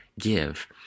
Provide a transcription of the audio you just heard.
give